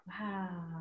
Wow